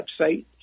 website